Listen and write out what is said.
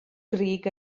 grug